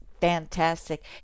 fantastic